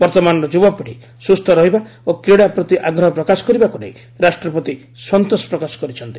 ବର୍ତ୍ତମାନର ଯୁବପିଢ଼ି ସୁସ୍ଥ ରହିବା ଓ କ୍ରୀଡ଼ା ପ୍ରତି ଆଗ୍ରହ ପ୍ରକାଶ କରିବାକୁ ନେଇ ରାଷ୍ଟ୍ରପତି ସନ୍ତୋଷ ପ୍ରକାଶ କରିଛନ୍ତି